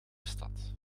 stad